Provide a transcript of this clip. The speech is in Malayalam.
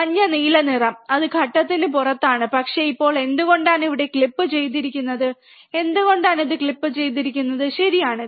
മഞ്ഞ നീലനിറം അത് ഘട്ടത്തിന് പുറത്താണ് പക്ഷേ ഇപ്പോൾ എന്തുകൊണ്ടാണ് ഇവിടെ ക്ലിപ്പ് ചെയ്തിരിക്കുന്നത് എന്തുകൊണ്ടാണ് ഇത് ക്ലിപ്പ് ചെയ്തിരിക്കുന്നത് ശരിയാണ്